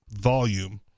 volume